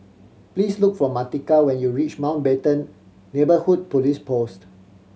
please look for Martika when you reach Mountbatten Neighbourhood Police Post